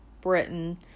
Britain